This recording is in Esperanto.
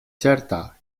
certa